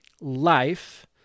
life